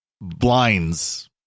blinds